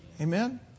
Amen